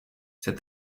said